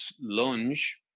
lunge